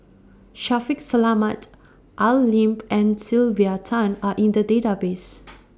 Shaffiq Selamat Al Lim and Sylvia Tan Are in The Database